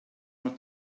mal